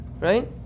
right